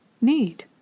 need